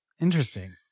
Interesting